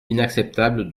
inacceptable